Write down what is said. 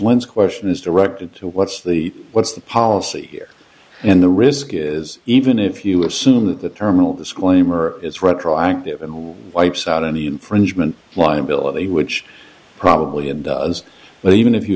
lends questions directed to what's the what's the policy here and the risk is even if you assume that the terminal disclaimer is retroactive and wipes out any infringement liability which probably in the us but even if you